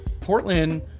Portland